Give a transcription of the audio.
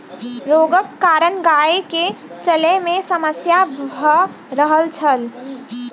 रोगक कारण गाय के चलै में समस्या भ रहल छल